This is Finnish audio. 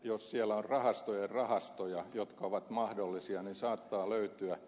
jos siellä on rahastojen rahastoja jotka ovat mahdollisia niin saattaa löytyä